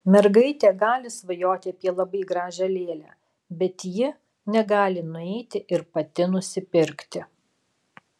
mergaitė gali svajoti apie labai gražią lėlę bet ji negali nueiti ir pati nusipirkti